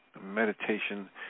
Meditation